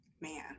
Man